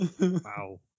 Wow